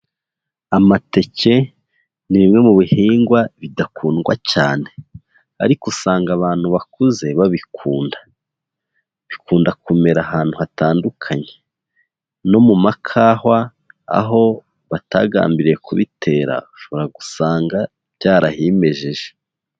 Amateke ni bimwe mu bihingwa bidakundwa cyane ariko usanga abantu bakuze babikunda, bikunda kumera ahantu hatandukanye no mu makawa aho batagambiriye kubitera ushobora gusanga byarahimejeje.